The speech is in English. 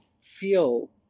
feel